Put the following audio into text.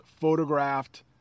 photographed